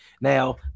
now